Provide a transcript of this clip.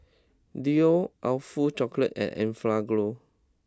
Leo Awfully Chocolate and Enfagrow